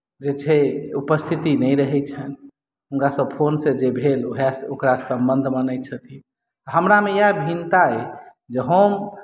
जे छै उपस्थिति नहि रहैत छनि हुनकासँ फोनसँ जे भेल उएह ओकरा सम्बन्ध मानैत छथिन हमरामे इएह भिन्नता अइ जे हम